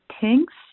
Tinks